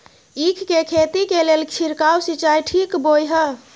ईख के खेती के लेल छिरकाव सिंचाई ठीक बोय ह?